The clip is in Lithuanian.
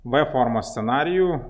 v formos scenarijų